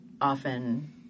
often